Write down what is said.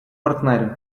партнерів